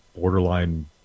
borderline